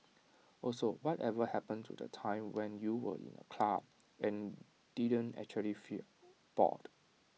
also whatever happened to the time when you were in A club and didn't actually feel bored